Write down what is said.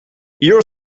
your